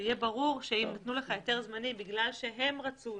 שיהיה ברור שאם נתנו לך היתר זמני בגלל שהם רצו,